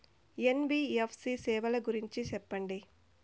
NBFC సేవల గురించి సెప్పండి?